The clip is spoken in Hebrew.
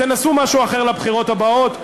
תנסו משהו אחר לבחירות הבאות.